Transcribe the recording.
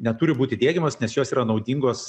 neturi būti diegiamos nes jos yra naudingos